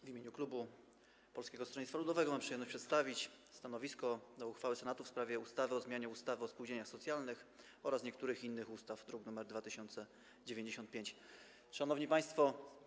W imieniu klubu Polskiego Stronnictwa Ludowego mam przyjemność przedstawić stanowisko wobec uchwały Senatu w sprawie ustawy o zmianie ustawy o spółdzielniach socjalnych oraz niektórych innych ustaw, druk nr 2095. Szanowni Państwo!